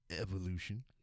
Evolution